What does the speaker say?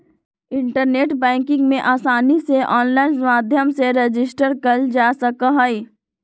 internet banking में आसानी से आनलाइन माध्यम से रजिस्टर कइल जा सका हई